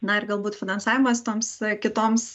na ir galbūt finansavimas toms kitoms